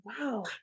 wow